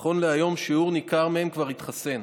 נכון להיום, שיעור ניכר כבר התחסן.